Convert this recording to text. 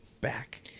back